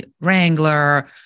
Wrangler